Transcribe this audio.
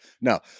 No